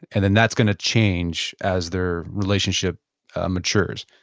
and then, that's going to change as their relationship ah matures